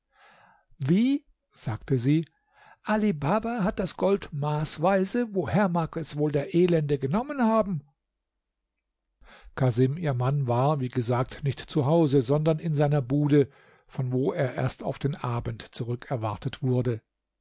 wie sagte sie ali baba hat das gold maßweise woher mag es wohl der elende genommen haben casim ihr mann war wie gesagt nicht zu hause sondern in seiner bude von wo er erst auf den abend zurückerwartet wurde